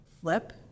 flip